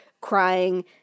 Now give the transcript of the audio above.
crying